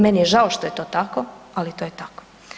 Meni je žao što je to tako, ali to je tako.